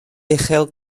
uchel